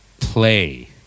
play